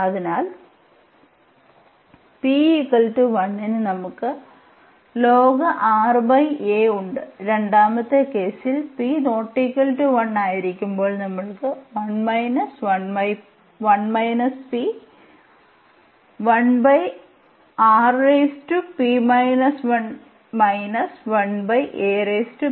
അതിനാൽ p 1 ന് നമുക്ക് ഉണ്ട് രണ്ടാമത്തെ കേസിൽ p ≠ 1 ആയിരിക്കുമ്പോൾ നമുക്ക് കിട്ടും